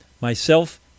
Myself